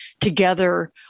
together